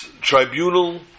tribunal